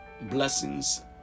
blessings